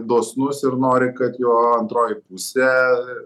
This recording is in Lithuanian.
dosnus ir nori kad jo antroji pusė